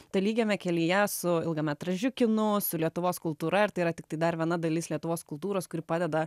talygiame kelyje su ilgametražiu kinu su lietuvos kultūra ir tai yra tiktai dar viena dalis lietuvos kultūros kuri padeda